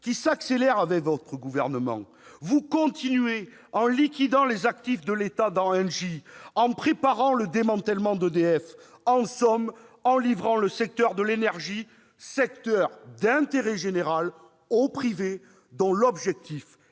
qui s'accélère avec votre gouvernement. Vous continuez, en liquidant les actifs de l'État dans Engie, en préparant le démantèlement d'EDF. En somme, en livrant le secteur de l'énergie, secteur d'intérêt général, au privé, dont l'objectif